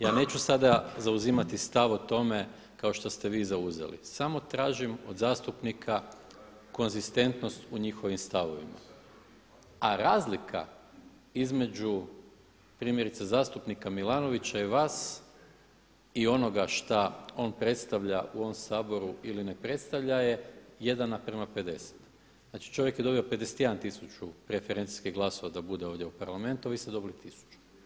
Ja neću sada zauzimati stav o tome kao što ste vi zauzeli, samo tražim od zastupnika konzistentnost u njihovim stavovima, a razlika između primjerice zastupnika Milanovića i vas i onoga šta on predstavlja u ovom Saboru ili ne predstavlja je 1:50, znači čovjek je dobio 51 tisuću preferencijskih glasova da bude u parlamentu a vi ste dobili tisuću.